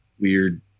weird